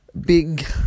big